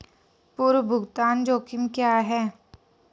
पूर्व भुगतान जोखिम क्या हैं?